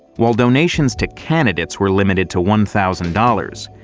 while donations to candidates were limited to one thousand dollars,